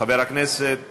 חבר הכנסת כהן?